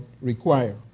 Require